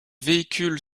véhicule